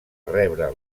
rebre